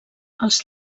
els